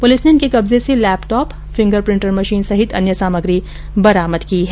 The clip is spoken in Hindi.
पुलिस ने इनके कब्जे से लैपटॉप फिंगर प्रिंटर मशीन सहित अन्य सामग्री बरामद की है